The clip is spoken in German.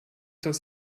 das